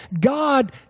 God